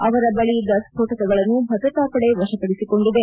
ಅವರ ಬಳಿಯಿದ್ದ ಸ್ಸೋಟಕಗಳನ್ನು ಭದ್ರತಾಪಡೆ ವಶಪಡಿಸಿಕೊಂಡಿದೆ